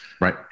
Right